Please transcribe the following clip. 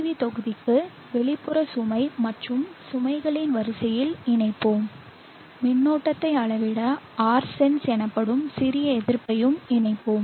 we தொகுதிக்கு வெளிப்புற சுமை மற்றும் சுமைகளின் வரிசையில் இணைப்போம் மின்னோட்டத்தை அளவிட Rsense எனப்படும் சிறிய எதிர்ப்பையும் இணைப்போம்